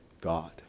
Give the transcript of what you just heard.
God